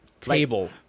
table